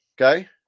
okay